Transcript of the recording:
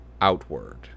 outward